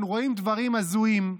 אנחנו רואים דברים הזויים,